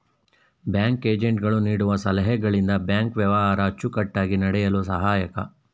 bank ಏಜೆಂಟ್ ಗಳು ನೀಡುವ ಸಲಹೆಗಳಿಂದ ಬ್ಯಾಂಕ್ ವ್ಯವಹಾರ ಅಚ್ಚುಕಟ್ಟಾಗಿ ನಡೆಯಲು ಸಹಾಯಕ